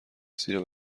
زیرا